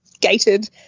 gated